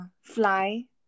fly